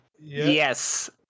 Yes